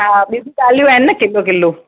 हा ॿियूं बि दालियूं आहिनि न किलो किलो